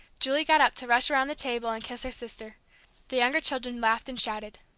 julie got up to rush around the table and kiss her sister the younger children laughed and shouted.